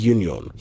Union